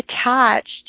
attached